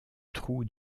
trou